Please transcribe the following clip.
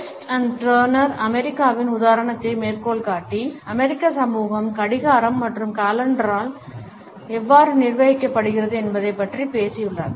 ஒரு West and Turner அமெரிக்காவின் உதாரணத்தை மேற்கோள் காட்டி அமெரிக்க சமூகம் கடிகாரம் மற்றும் காலெண்டரால் எவ்வாறு நிர்வகிக்கப்படுகிறது என்பதைப் பற்றி பேசியுள்ளனர்